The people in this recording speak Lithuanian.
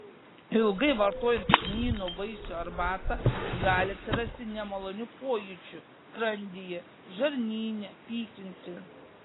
ilgai vartojant kmynų vaisių arbatą gali atsirasti nemalonių pojūčių skrandyje žarnyne pykinti